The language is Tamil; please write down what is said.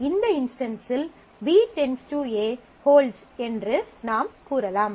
எனவே இந்த இன்ஸ்டன்ஸில் B → A ஹோல்ட்ஸ் என்று நாம் கூறலாம்